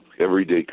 everyday